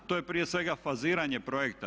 To je prije svega faziranje projekta.